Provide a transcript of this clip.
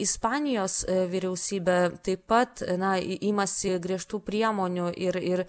ispanijos vyriausybė taip pat ne imasi griežtų priemonių ir ir